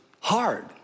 hard